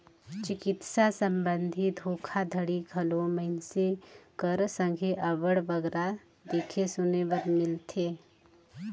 चिकित्सा संबंधी धोखाघड़ी घलो मइनसे कर संघे अब्बड़ बगरा देखे सुने बर मिलथे